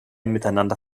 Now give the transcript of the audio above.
miteinander